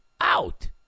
out